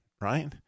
right